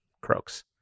croaks